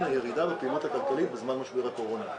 הירידה בפעילות הכלכלית בזמן משבר הקורונה.